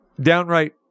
downright